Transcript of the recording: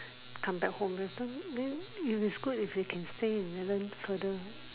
come back home later then if it's good if you can stay even further